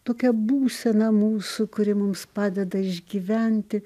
tokia būsena mūsų kuri mums padeda išgyventi